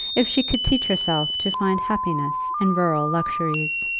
if she could teach herself to find happiness in rural luxuries.